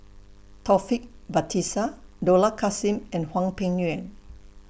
Taufik Batisah Dollah Kassim and Hwang Peng Yuan